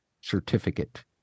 certificate